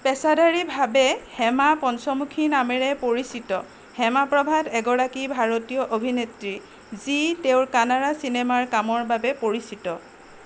পেচাদাৰীভাৱে হেমা পঞ্চমুখী নামেৰে পৰিচিত হেমা প্ৰভাথ এগৰাকী ভাৰতীয় অভিনেত্ৰী যি তেওঁঁৰ কানাড়া চিনেমাৰ কামৰ বাবে পৰিচিত